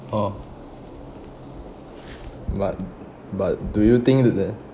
orh but but do you think that the